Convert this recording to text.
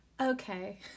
okay